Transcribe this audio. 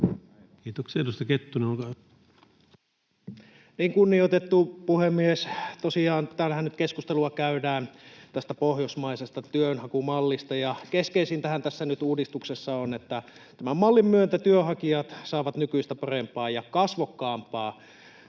Time: 17:21 Content: Kunnioitettu puhemies! Tosiaan, täällähän nyt keskustelua käydään tästä pohjoismaisesta työnhakumallista, ja keskeisintähän nyt tässä uudistuksessa on, että tämän mallin myötä työnhakijat saavat nykyistä parempaa ja kasvokkaampaa